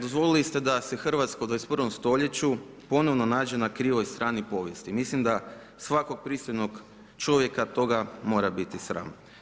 Dozvolili ste da se Hrvatska u 21. stoljeću ponovno nađe na krivoj strani povijesti, mislim da svakog pristojnog čovjeka toga mora biti sram.